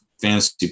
fantasy